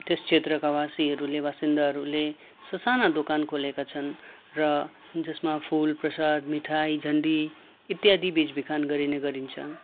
त्यस क्षेत्रका बासीहरूले बासिन्दाहरूले ससाना दोकान खोलेका छन् र जसमा फुल प्रसाद मिठाई झण्डी इत्यादि बेच बिखन गरिने गरिन्छ